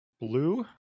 blue